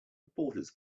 reporters